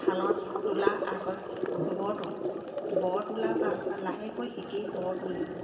শালত তোলা আগত ব তোলোঁ বৰ তোলা পাছত লাহেকৈ শিকি বৰ তুলিলোঁ